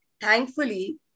thankfully